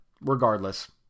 regardless